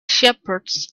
shepherds